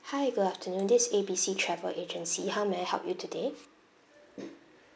hi good afternoon this A B C travel agency how may I help you today